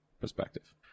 perspective